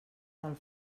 del